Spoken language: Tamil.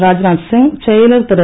ராஜ்நாத் சிங் செயலர் திரு